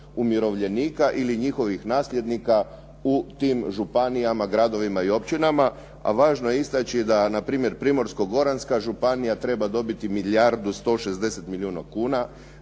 umirovljenika ili njihovih nasljednika u tim županijama, gradovima i općinama. A važno je istaći npr. da Primorsko-goranska županija treba dobiti milijardu 160 milijuna kuna,